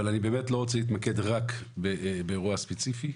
אבל, אני באמת לא רוצה להתמקד רק באירוע ספציפי.